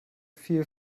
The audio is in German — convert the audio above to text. viel